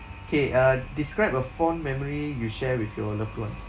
K uh describe a fond memory you share with your loved ones